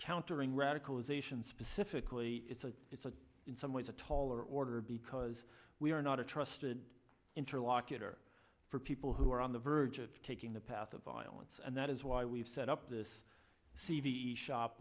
countering radicalization specifically it's a it's a in some ways a taller order because we are not a trusted interlocutor for people who are on the verge of taking the path of violence and that is why we've set up this cd shop